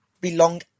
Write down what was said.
belong